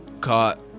caught